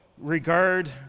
Regard